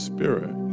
Spirit